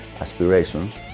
aspirations